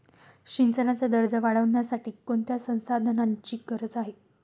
सिंचनाचा दर्जा वाढविण्यासाठी कोणत्या संसाधनांची गरज आहे?